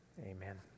Amen